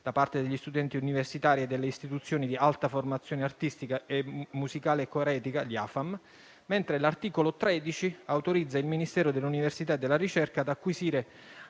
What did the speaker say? da parte degli studenti universitari e delle istituzioni di alta formazione artistica, musicale e coreutica (AFAM), mentre l'articolo 13 autorizza il Ministero dell'università e della ricerca ad acquisire,